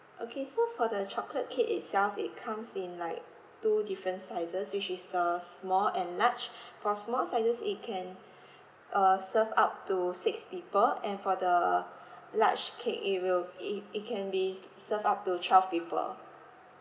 okay so for the chocolate cake itself it comes in like two different sizes which is the small and large for small sizes it can uh serve up to six people and for the large cake it will i~ it can be s~ served up to twelve people